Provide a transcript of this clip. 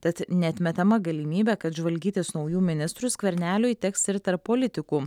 tad neatmetama galimybė kad žvalgytis naujų ministrų skverneliui teks ir tarp politikų